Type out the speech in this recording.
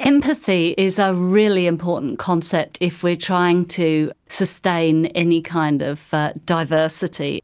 empathy is a really important concept if we are trying to sustain any kind of diversity.